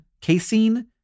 casein